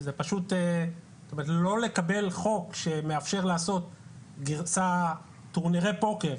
זאת אומרת לא לקבל חוק שמאפשר לעשות טורנירי פוקר,